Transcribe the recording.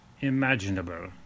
imaginable